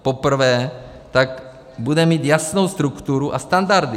Poprvé tak bude mít jasnou strukturu a standardy.